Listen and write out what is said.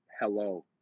hello